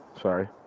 Sorry